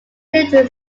lived